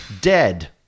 Dead